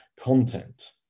content